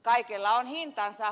kaikella on hintansa